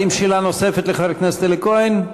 האם יש לחבר הכנסת אלי כהן שאלה נוספת?